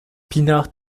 pinard